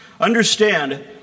Understand